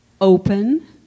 open